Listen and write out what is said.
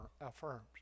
affirms